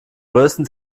größten